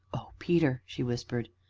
oh, peter! she whispered,